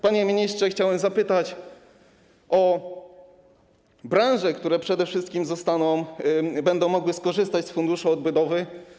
Panie ministrze, chciałem zapytać o branże, które przede wszystkim będą mogły skorzystać z funduszu odbudowy.